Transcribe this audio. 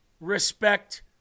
respect